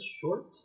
short